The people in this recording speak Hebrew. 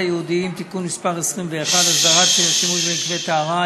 היהודיים (תיקון מס' 21) (הסדרת השימוש במקווה טהרה),